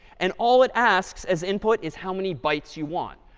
and all it asks as input is how many bytes you want.